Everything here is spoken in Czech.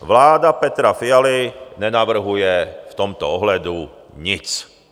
Vláda Petra Fialy nenavrhuje v tomto ohledu nic.